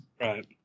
Right